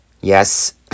Yes